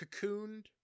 cocooned